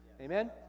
Amen